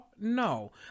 No